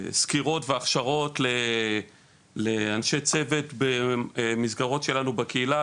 בסקירות והכשרות לאנשי צוות במסגרות שלנו בקהילה,